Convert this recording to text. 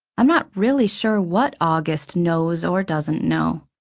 i'm not really sure what august knows or doesn't know,